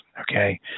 Okay